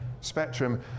spectrum